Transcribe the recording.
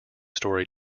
story